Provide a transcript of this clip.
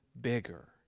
bigger